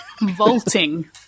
Vaulting